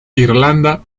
irlanda